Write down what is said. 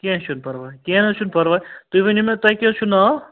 کیٚنٛہہ چھُنہٕ پَرواے کیٚنٛہہ نہٕ حظ چھُنہٕ پَرواے تُہۍ ؤنِو مےٚ تۄہہِ کیٛاہ حظ چھُ ناو